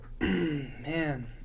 man